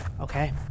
Okay